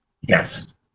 Yes